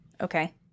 Okay